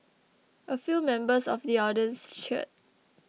a few members of the audience cheered